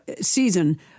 season